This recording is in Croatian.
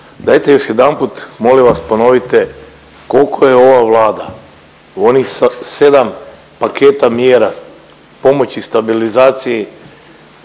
dajte još jedanput molim vas ponovite koliko je ova Vlada u onih 7 paketa mjera pomoći stabilizaciji